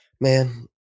man